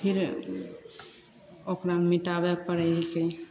फेर ओकरा मिटाबै पड़ै हइके